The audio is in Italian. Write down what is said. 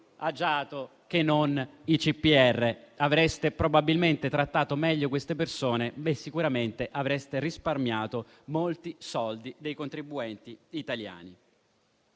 agiato che non i CPR; avreste probabilmente trattato meglio queste persone e sicuramente avreste risparmiato molti soldi dei contribuenti italiani.